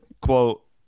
quote